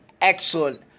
excellent